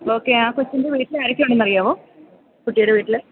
okay ആ കൊച്ചിന്റെ വീട്ടിൽ ആരൊക്കെ ഉണ്ടെന്നറിയാമോ കുട്ടിയുടെ വീട്ടിൽ